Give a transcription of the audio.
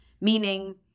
meaning